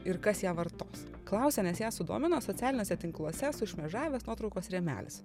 ir kas ją vartos klausia nes ją sudomino socialiniuose tinkluose sušmėžavęs nuotraukos rėmelis